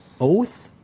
Oath